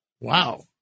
Wow